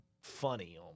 funny